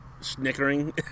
Snickering